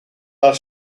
are